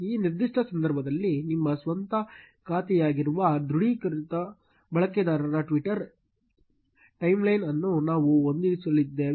ಈ ನಿರ್ದಿಷ್ಟ ಸಂದರ್ಭದಲ್ಲಿ ನಿಮ್ಮ ಸ್ವಂತ ಖಾತೆಯಾಗಿರುವ ದೃಢೀಕೃತ ಬಳಕೆದಾರರ ಟ್ವಿಟರ್ ಟೈಮ್ಲೈನ್ ಅನ್ನು ನಾವು ಹೊಂದಿಸಲಿದ್ದೇವೆ